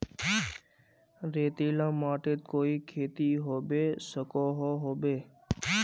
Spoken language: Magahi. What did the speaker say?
रेतीला माटित कोई खेती होबे सकोहो होबे?